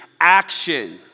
action